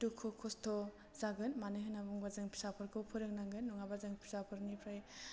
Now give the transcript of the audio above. दुखु खस्थ' जागोन मानो होन्नानै बुङोबा जों फिसाफोरखौ फोरोंनांगोन नङाबा जों फिसाफोरनिफ्राय